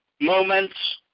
moments